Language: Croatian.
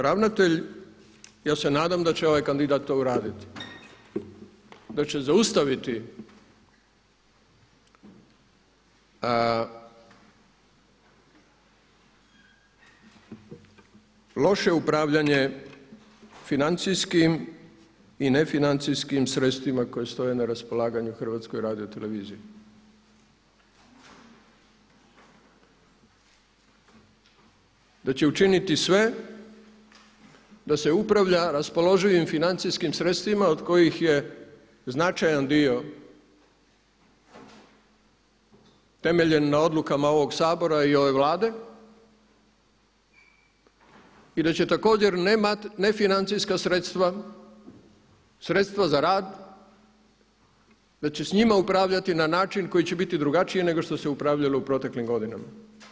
Konačno, ravnatelj, ja se nadam da će ovaj kandidat to uraditi, da će zaustaviti loše upravljanje financijskim i nefinancijskim sredstvima koje stoje na raspolaganju HRT-u, da će učiniti sve da se upravlja raspoloživim financijskim sredstvima od kojih je značajan dio temeljen na odlukama ovoga Sabora i ove Vlade i da će također ne financijska sredstva, sredstva za rad, da će s njima upravljati na način koji će biti drugačiji nego što se upravljalo u proteklim godinama.